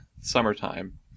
summertime